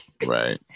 Right